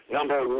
Number